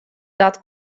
dat